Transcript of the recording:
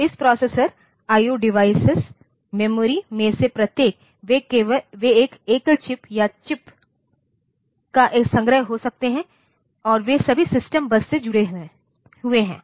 तो इस processor I O device memory में से प्रत्येक वे एक एकल चिप या चिप्स का संग्रह हो सकते हैं और वे सभी सिस्टम बस से जुड़े हुए हैं